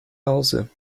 hause